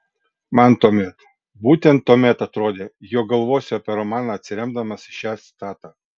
man tuomet būtent tuomet atrodė jog galvosiu apie romaną atsiremdamas į šią citatą